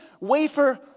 wafer